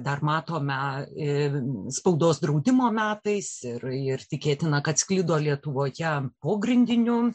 dar matome spaudos draudimo metais ir ir tikėtina kad sklido lietuvoje pogrindiniu